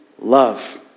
love